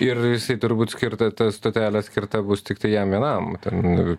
ir jisai turbūt skirta ta stotelė skirta bus tiktai jam vienam ten